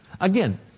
Again